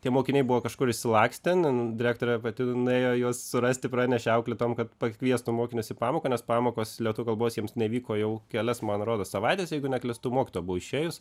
tie mokiniai buvo kažkur išsilakstę ten direktorė pati nuėjo juos surasti pranešė auklėtojom kad pakviestų mokinius į pamoką nes pamokos lietuvių kalbos jiems nevyko jau kelias man rodos savaites jeigu neklystu mokytoja buvo išėjus